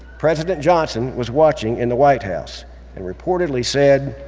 president johnson was watching in the white house and reportedly said,